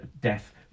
death